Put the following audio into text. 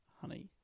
honey